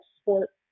sports